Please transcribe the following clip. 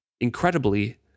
Incredibly